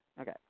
Okay